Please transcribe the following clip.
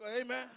amen